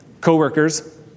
co-workers